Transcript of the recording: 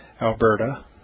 Alberta